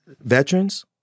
veterans